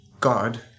God